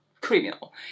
criminal